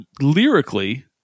lyrically